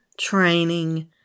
training